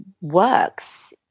works